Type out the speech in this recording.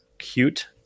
Cute